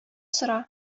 сора